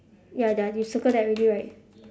ya that you circle that already right